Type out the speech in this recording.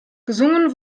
gesungen